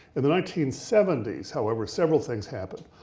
in the nineteen seventy s, however, several things happened.